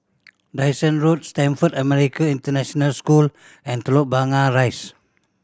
Dyson Road Stamford American International School and Telok Blangah Rise